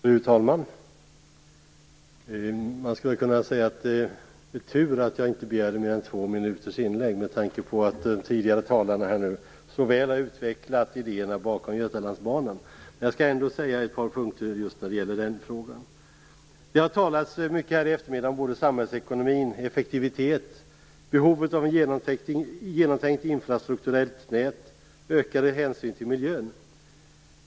Fru talman! Man skulle kunna säga att det är tur att jag inte begärde mer än ett tvåminutersinlägg, med tanke på att de tidigare talarna så väl har utvecklat idéerna bakom Götalandsbanan. Jag skall ändå ta upp ett par punkter i den frågan. Det har talats mycket här i eftermiddag om samhällsekonomin, om effektivitet, behovet av ett genomtänkt infrastrukturellt nät och ökad hänsyn till miljön.